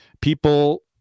People